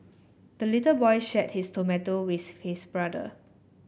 the little boy shared his tomato with his brother